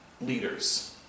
leaders